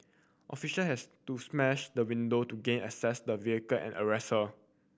official has to smash the window to gain access the vehicle and arrest her